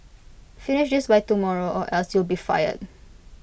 finish this by tomorrow or else you'll be fired